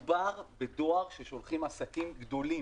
מדובר בדואר ששולחים עסקים גדולים.